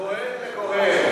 גברתי